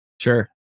Sure